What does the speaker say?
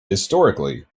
historically